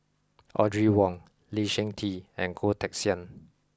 Audrey Wong Lee Seng Tee and Goh Teck Sian